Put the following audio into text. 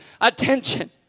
Attention